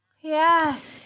yes